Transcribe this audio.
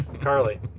carly